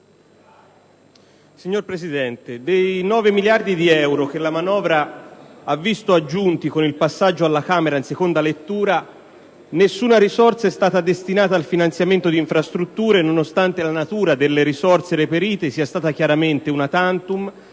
Signor Presidente, dei 9 miliardi di euro che la manovra ha visto aggiunti con il passaggio alla Camera in seconda lettura nessuna risorsa è stata destinata al finanziamento di infrastrutture, nonostante la natura delle risorse reperite sia stata chiaramente *una tantum*